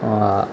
आ